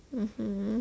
mmhmm